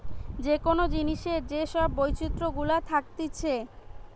যে কোন জিনিসের যে সব বৈচিত্র গুলা থাকতিছে